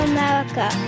America